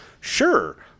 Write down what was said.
sure